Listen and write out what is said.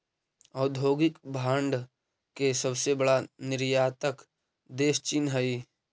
औद्योगिक भांड के सबसे बड़ा निर्यातक देश चीन हई